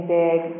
big